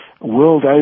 world